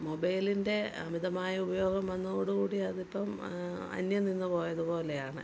മൊബൈലിൻ്റെ അമിതമായ ഉപയോഗം വന്നതോടുകൂടി അതിപ്പം അന്ന്യം നിന്ന് പോയത് പോലെയാണ്